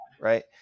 Right